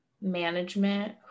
management